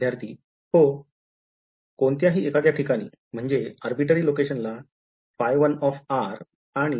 विद्यार्थी हो कोणत्याही एखाद्या ठिकाणी म्हणजे Arbitary location ला ϕ1आणि ϕ2 कुठे आहे